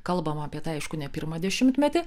kalbam apie tai aišku ne pirmą dešimtmetį